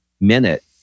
minute